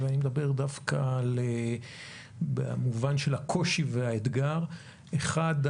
אני מדבר דווקא במובן של הקושי והאתגר: האחד,